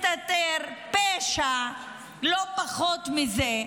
מסתתר פשע, לא פחות מזה,